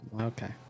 Okay